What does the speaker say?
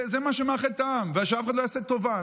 זה מה שמאחד את העם, ושאף אחד לא יעשה טובה.